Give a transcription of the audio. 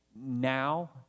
now